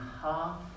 half